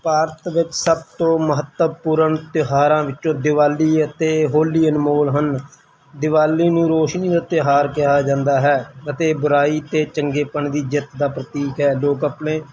ਭਾਰਤ ਵਿੱਚ ਸਭ ਤੋਂ ਮਹੱਤਵਪੂਰਨ ਤਿਉਹਾਰਾਂ ਵਿੱਚੋਂ ਦੀਵਾਲੀ ਅਤੇ ਹੋਲੀ ਅਨਮੋਲ ਹਨ ਦੀਵਾਲੀ ਨੂੰ ਰੋਸ਼ਨੀ ਤਿਉਹਾਰ ਕਿਹਾ ਜਾਂਦਾ ਹੈ ਅਤੇ ਬੁਰਾਈ 'ਤੇ ਚੰਗੇਪਣ ਦੀ ਜਿੱਤ ਦਾ ਪ੍ਰਤੀਕ ਹੈ ਲੋਕ ਆਪਣੇ